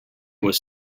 was